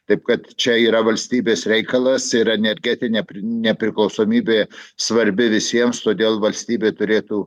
taip kad čia yra valstybės reikalas ir energetinė nepriklausomybė svarbi visiems todėl valstybė turėtų